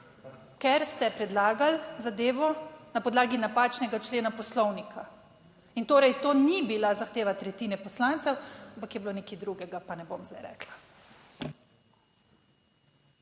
Ker ste predlagali zadevo na podlagi napačnega člena Poslovnika in torej to ni bila zahteva tretjine poslancev, ampak je bilo nekaj drugega, pa ne bom zdaj rekla.